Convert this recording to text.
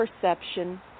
perception